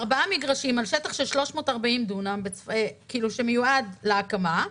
ארבעה מגרשים על שטח של 340 דונם שמיועד להקמה.